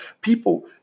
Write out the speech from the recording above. people